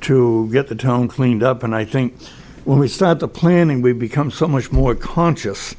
to get the tone cleaned up and i think when we start the planning we become so much more conscious